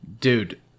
Dude